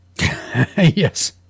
Yes